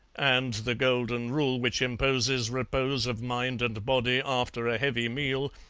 and the golden rule which imposes repose of mind and body after a heavy meal,